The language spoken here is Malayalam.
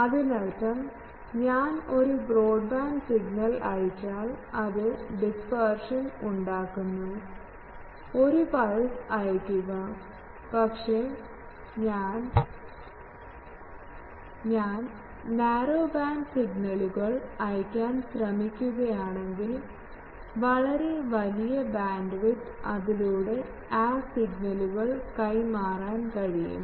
അതിനർത്ഥം ഞാൻ ഒരു ബ്രോഡ്ബാൻഡ് സിഗ്നൽ അയച്ചാൽ അത് ഡിസ്പർഷൻ ഉണ്ടാക്കുന്നുഒരു പൾസ് അയയ്ക്കുക പക്ഷേ ഞാൻ നാരോ ബാൻഡ് സിഗ്നലുകൾ അയയ്ക്കാൻ ശ്രമിക്കുകയാണെങ്കിൽ വളരെ വലിയ ബാൻഡ്വിഡ്ത്ത് അതിലൂടെ ആ സിഗ്നലുകൾ കൈമാറാൻ കഴിയും